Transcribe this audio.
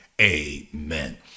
amen